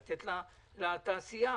לתת לתעשייה.